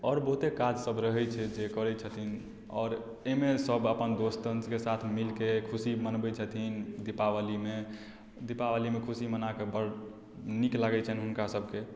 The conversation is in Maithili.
आओर बहुते काजसभ रहैत छै जे करैत छथिन आओर एहिमे सभ अपन दोस्तके साथ मिलिके खुशी मनबैत छथिन दीपावलीमे दीपावलीमे खुशी मना कऽ नीक लागैत छनि हुनकासभकेँ